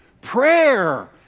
Prayer